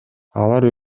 алар